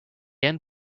end